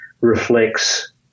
reflects